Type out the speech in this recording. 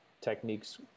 techniques